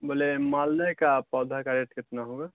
بولے مالدے کا پودا کا ریٹ کتنا ہوگا